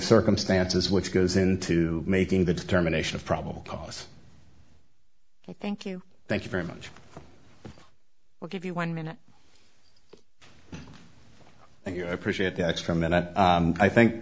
circumstances which goes into making the determination of probable cause thank you thank you very much we'll give you one minute thank you appreciate the extra minute i think